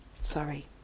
sorry